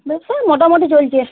ব্যবসা মোটামোটি চলছে